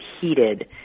heated